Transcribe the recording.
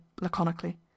laconically